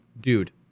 dude